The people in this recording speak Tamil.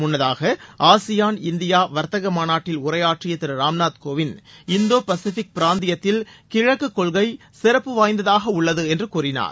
முன்னதாக ஆசியான் இந்தியா வர்த்தக மாநாட்டில் உரையாற்றிய திரு ராம்நாத் கோவிந்த் இந்தோ பசிபிக் பிராந்தியத்தில் கிழக்கு கொள்கை சிறப்பு வாய்ந்ததாக உள்ளது என்று கூறினார்